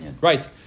Right